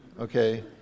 okay